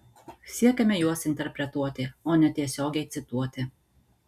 siekiame juos interpretuoti o ne tiesiogiai cituoti